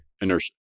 inertia